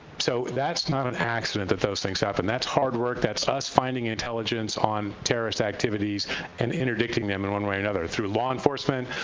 so that's not an accident that those things happen. that's hard work. that's us finding intelligence on terrorist activities and interdicting them through and one way or another, through law enforcement,